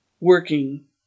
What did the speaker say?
working